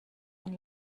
ein